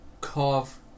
carve